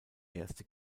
erste